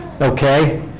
okay